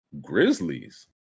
Grizzlies